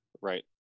right